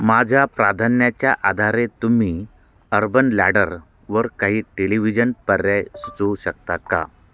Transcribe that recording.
माझ्या प्राधान्याच्या आधारे तुम्ही अर्बन लॅडरवर काही टेलिव्हिजन पर्याय सुचवू शकतात का